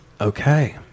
Okay